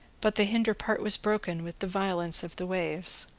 but the hinder part was broken with the violence of the waves.